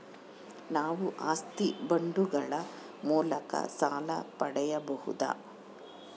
ನಾವು ಆಸ್ತಿ ಬಾಂಡುಗಳ ಮೂಲಕ ಸಾಲ ಪಡೆಯಬಹುದಾ?